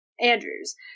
Andrews